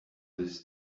this